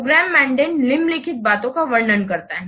programme mandate निम्नलिखित बातों का वर्णन करता है